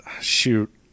Shoot